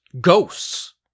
ghosts